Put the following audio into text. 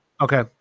Okay